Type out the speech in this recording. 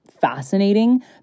fascinating